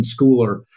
Schooler